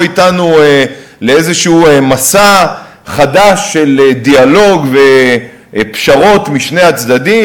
אתנו לאיזשהו מסע חדש של דיאלוג ופשרות משני הצדדים?